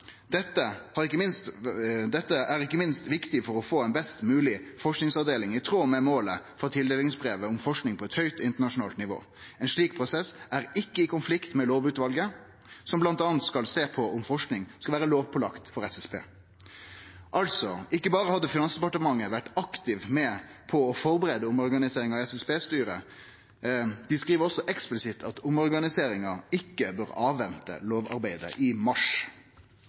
Dette er ikke minst viktig for å få en best mulig forskningsavdeling i tråd med målet fra tildelingsbrevet om forskning på et høyt internasjonalt nivå. En slik prosess er ikke i konflikt med lovutvalget, som blant annet skal se på om forskning skal være lovpålagt for SSB.» Altså: Ikkje berre hadde Finansdepartementet vore aktivt med på å førebu omorganiseringssaka til SSB-styret, dei skriv også eksplisitt at omorganiseringa ikkje bør vente på lovarbeidet – i mars.